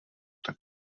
tak